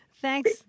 Thanks